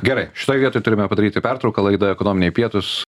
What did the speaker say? gerai šitoj vietoj turime padaryti pertrauką laida ekonominiai pietūs